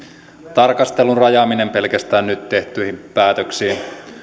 tarkastelun rajaaminen pelkästään nyt tehtyihin päätöksiin